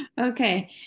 Okay